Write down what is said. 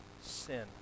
sin